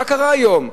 מה קרה היום?